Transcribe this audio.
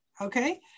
okay